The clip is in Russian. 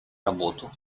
работу